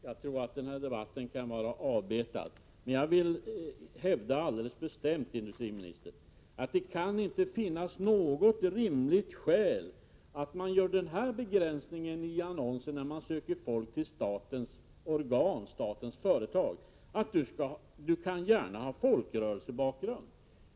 Herr talman! Mycket kort vill jag säga att jag tror att den här debatten kan vara avklarad. Jag hävdar ändå alldeles bestämt, industriministern, att det inte kan finnas något rimligt skäl att göra en begränsning av de sökande i annonsen då man söker personal till statens företag genom att säga att de gärna skall ha folkrörelsebakgrund.